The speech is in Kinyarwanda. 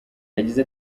yagize